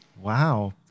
Wow